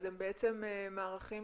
אז הם בעצם מערכים